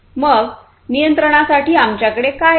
मग नियंत्रणासाठी आमच्याकडे काय आहे